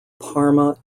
parma